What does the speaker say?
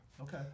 okay